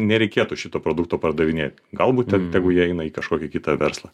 nereikėtų šito produkto pardavinėti galbūt tegu jie eina į kažkokį kitą verslą